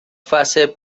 fase